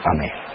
Amen